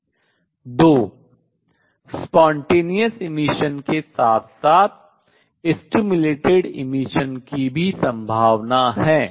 दो स्वतः उत्सर्जन के साथ साथ प्रेरित उद्दीपित उत्सर्जन की भी संभावना है